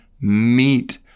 meet